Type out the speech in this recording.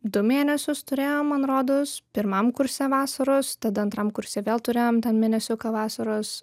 du mėnesius turėjom man rodos pirmam kurse vasaros tada antram kurse vėl turėjom ten mėnesiuką vasaros